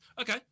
okay